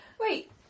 Wait